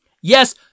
Yes